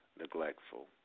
neglectful